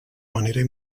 manera